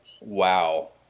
Wow